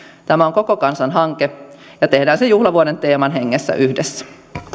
tämä on koko kansan hanke ja tehdään se juhlavuoden teeman hengessä yhdessä